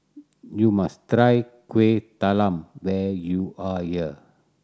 you must try Kuih Talam when you are here